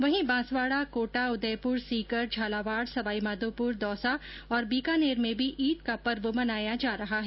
वहीं बांसवाड़ा कोटा उदयपुर सीकर झालावाड़ सवा दौसा और बीकानेर में भी ईद का पर्व मनाया जा रहा है